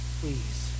please